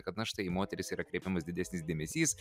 kad na štai į moteris yra kreipiamas didesnis dėmesys